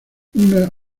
una